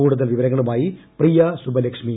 കൂടുതൽ വിവരങ്ങളുമായി പ്പിയ സുബ്ബലക്ഷ്മി